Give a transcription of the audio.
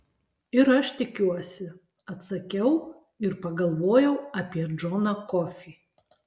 ir aš tikiuosi atsakiau ir pagalvojau apie džoną kofį